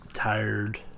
tired